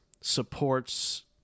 supports